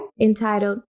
entitled